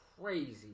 crazy